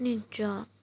নিশ্চয়